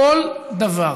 כל דבר